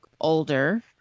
older